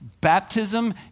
Baptism